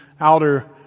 outer